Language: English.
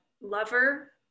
lover